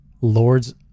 Lords